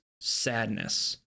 sadness